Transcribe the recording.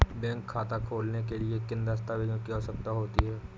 Bank खाता खोलने के लिए किन दस्तावेजों की आवश्यकता होती है?